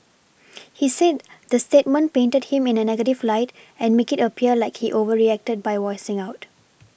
he said the statement painted him in a negative light and make it appear like he overreacted by voicing out